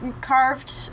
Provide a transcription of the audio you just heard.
carved